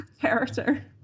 character